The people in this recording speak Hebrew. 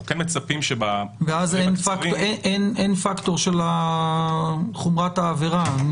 אנחנו מצפים --- ואז אין פקטור של חומרת העבירה.